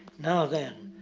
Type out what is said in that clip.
now then,